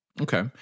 Okay